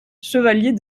chevalier